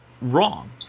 Wrong